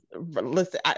listen